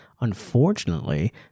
Unfortunately